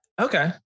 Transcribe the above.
Okay